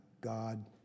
God